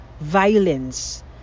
violence